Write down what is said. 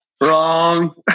Wrong